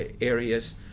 areas